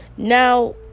now